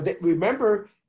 Remember